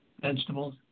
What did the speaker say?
vegetables